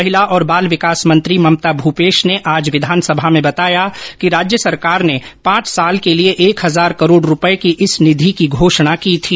महिला और बाल विकास मंत्री ममता भूपेश ने आज विधानसभा में बताया कि राज्य सरकार ने पांच साल के लिए एक हजार करोड़ रूपये की इस निधि की घोषणा की थी